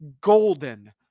golden